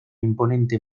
imponente